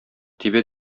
тибә